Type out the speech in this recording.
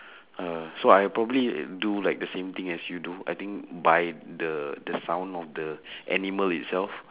uh so I probably do like the same thing as you do I think by the the sound of the animal itself